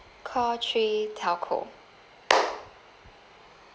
call three telco